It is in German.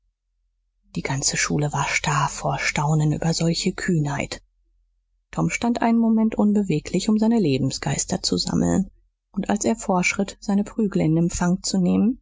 die ganze schule war starr vor staunen über solche kühnheit tom stand einen moment unbeweglich um seine lebensgeister zu sammeln und als er vorschritt seine prügel in empfang zu nehmen